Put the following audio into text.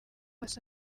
asa